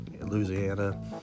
Louisiana